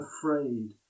afraid